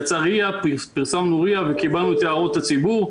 יצאה ria, פרסמנו ria וקיבלנו את הערות הציבור,